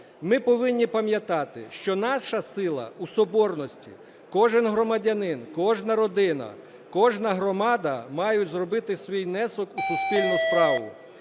Ми повинні пам'ятати, що наша сила у соборності. Кожен громадянин, кожна родина, кожна громада мають зробити свій внесок у суспільну справу.